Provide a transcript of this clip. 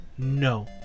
No